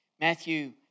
Matthew